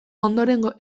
ondorengo